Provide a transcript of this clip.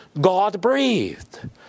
God-breathed